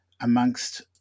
amongst